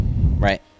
Right